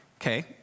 Okay